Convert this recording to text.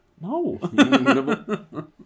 No